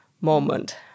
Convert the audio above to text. moment